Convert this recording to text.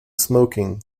smoking